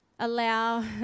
allow